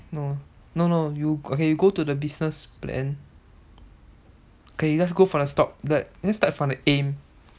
orh no no you okay go to the business plan okay you just go for the stock then just start from the aim